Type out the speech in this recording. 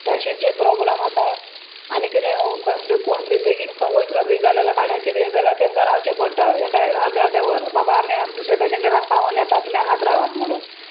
टॅक्सींचे problem आसा आनी किदें खंय कोण बेगीन खंय वयतलो बी जाल्यार भाड्याची बी जाल्यार तेंकां रावचें पडटा एका अर्द अर्द्ये वर बाबा आमी दुसऱ्या पेशंजरांक पावोन येता तुमी हांगात रावात म्हणून